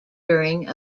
during